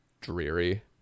dreary